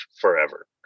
forever